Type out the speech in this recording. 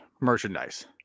merchandise